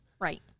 right